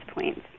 points